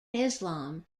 islam